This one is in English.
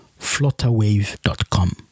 flutterwave.com